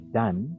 done